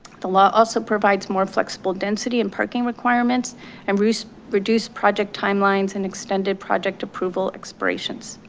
the law also provides more flexible density and parking requirements and reduce reduce project timelines and extended project approval expirations.